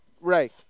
Ray